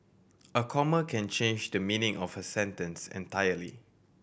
a comma can change the meaning of a sentence entirely